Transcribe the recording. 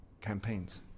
campaigns